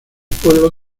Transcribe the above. pueblos